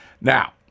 Now